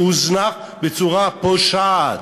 שהוזנח בצורה פושעת,